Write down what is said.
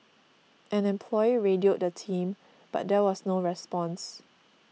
an employee radioed the team but there was no response